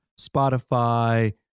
Spotify